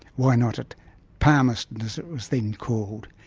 why not at palmerston, as it was then called,